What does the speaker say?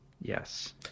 Yes